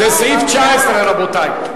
זה סעיף 19, רבותי.